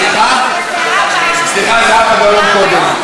סליחה, זהבה גלאון קודם.